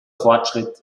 fortschritt